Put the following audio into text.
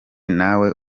nawe